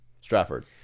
Stratford